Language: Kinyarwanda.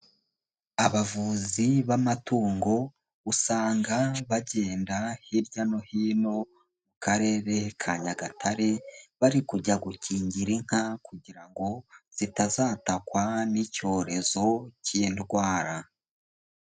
Abavuzi b'amatungo ,usanga bagenda hirya no hino mu karere ka Nyagatare, bari kujya gukingira inka kugira ngo zitazatakwa n'icyorezo cy'indwara.